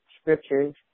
scriptures